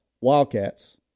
Wildcats